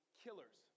killers